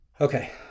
Okay